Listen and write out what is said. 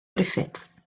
griffiths